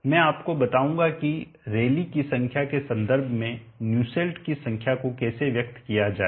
मैं आपको बताऊंगा कि रैली की संख्या के संदर्भ में न्यूसेल्ट की संख्या को कैसे व्यक्त किया जाए